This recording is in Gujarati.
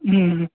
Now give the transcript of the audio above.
હં હં